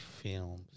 Films